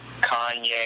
Kanye